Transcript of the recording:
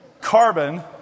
carbon